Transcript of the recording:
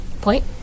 point